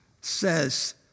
says